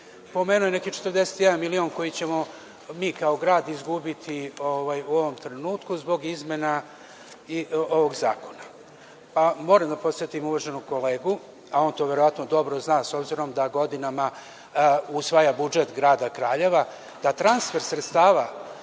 pomenuo je neki 41 milion koji ćemo mi, kao grad, izgubiti u ovom trenutku zbog izmena ovog zakona. Moram da podsetim uvaženog kolegu, a on to verovatno dobro zna, s obzirom da godinama usvaja budžet grada Kraljeva, da transfer sredstava